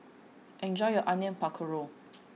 enjoy your Onion Pakora